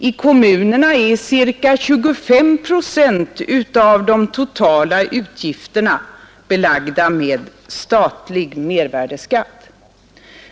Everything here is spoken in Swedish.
I kommunerna är ca 25 procent av de totala utgifterna belagda med statlig mervärdeskatt.